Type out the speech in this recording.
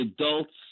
adults